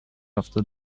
after